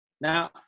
Now